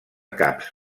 caps